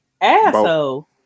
asshole